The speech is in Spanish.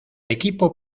equipo